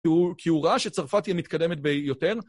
כי הוא ראה שצרפת היא המתקדמת ביותר.